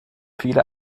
viele